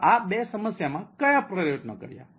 તો આ 2 સમસ્યામાં કયા પ્રયત્નો કર્યા